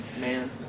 Man